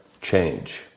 change